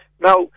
Now